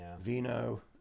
Vino